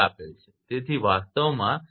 તેથી આ વાસ્તવમાં છે